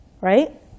Right